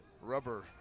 rubber